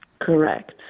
Correct